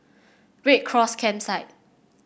Red Cross Campsite